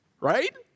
Right